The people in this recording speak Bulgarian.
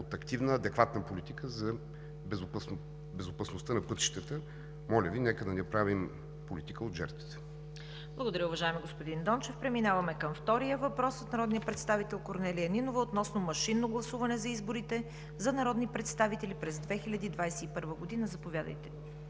от активна, адекватна политика за безопасността на пътищата. Моля Ви, нека да не правим политика от жертвите. ПРЕДСЕДАТЕЛ ЦВЕТА КАРАЯНЧЕВА: Благодаря, уважаеми господин Дончев. Преминаваме към втория въпрос от народния представител Корнелия Нинова относно машинно гласуване за изборите за народни представители през 2021 г. Процедура – заповядайте.